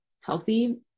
healthy